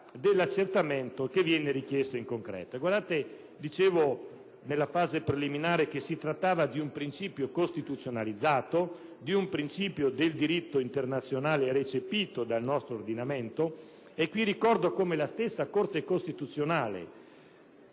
dell'accertamento richiesto in concreto. Nella fase preliminare ho detto che si tratta di un principio costituzionalizzato, di un principio del diritto internazionale recepito dal nostro ordinamento. Qui ricordo che la stessa Corte costituzionale,